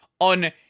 on